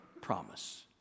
promise